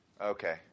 Okay